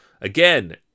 Again